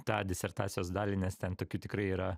tą disertacijos dalį nes ten tokių tikrai yra